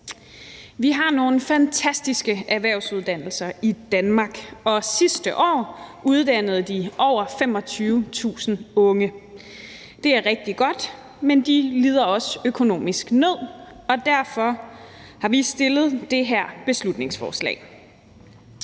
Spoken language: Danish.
Vi har nogle fantastiske erhvervsuddannelser i Danmark, og sidste år uddannede de over 25.000 unge. Det er rigtig godt, men de lider også økonomisk nød, og derfor har vi fremsat det her beslutningsforslag.